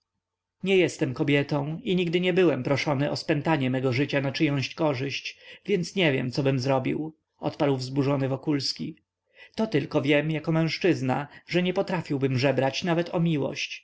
nie jestem kobietą i nigdy nie byłem proszony o spętanie mego życia na czyjąś korzyść więc nie wiem cobym zrobił odparł wzburzony wokulski to tylko wiem jako mężczyzna że nie potrafiłbym żebrać nawet o miłość